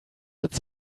its